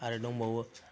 आरो दंबावो